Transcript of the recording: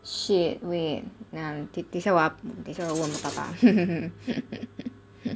shit wait nevermind 等下我要等下我问我爸爸